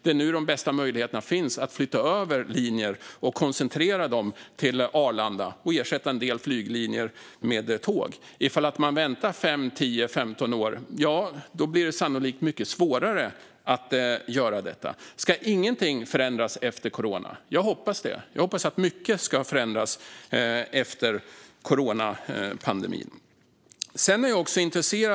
Det är nu som de bästa möjligheterna finns att flytta över linjer och koncentrera dem till Arlanda och ersätta en del flyglinjer med tåg. Ifall man väntar 5, 10, 15 år blir det sannolikt mycket svårare att göra detta. Ska ingenting förändras efter corona? Jo, jag hoppas det. Jag hoppas att mycket ska förändras efter coronapandemin.